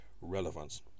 Relevance